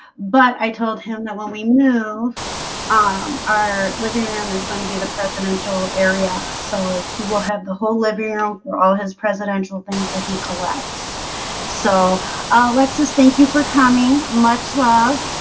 but i told him that when we move um our living room is going to be the presidential area. so he will have the whole libya or or all his presidential things that he collects so let's just thank you for coming much love